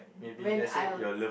when I